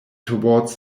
towards